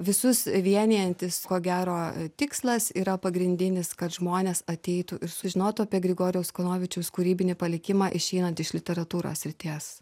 visus vienijantis ko gero tikslas yra pagrindinis kad žmonės ateitų ir sužinotų apie grigorijaus kanovičiaus kūrybinį palikimą išeinant iš literatūros srities